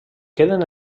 queden